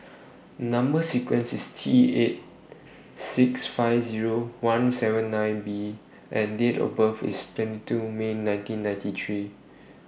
Number sequence IS T eight six five Zero one seven nine B and Date of birth IS twenty two May nineteen ninety three